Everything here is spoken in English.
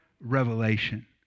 Revelation